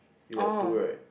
you got two right